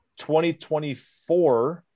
2024